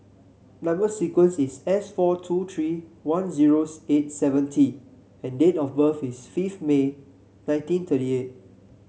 number sequence is S four two three one zero eight seven T and date of birth is fifth May nineteen thirty eight